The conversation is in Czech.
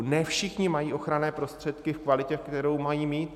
Ne všichni mají ochranné prostředky v kvalitě, kterou mají mít.